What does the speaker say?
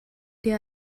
dir